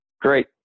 Great